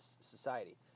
society